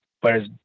Whereas